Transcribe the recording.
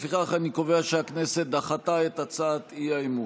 לפיכך, אני קובע שהכנסת דחתה את הצעת האי-אמון.